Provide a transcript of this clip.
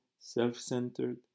self-centered